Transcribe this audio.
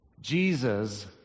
Jesus